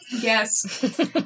Yes